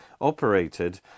operated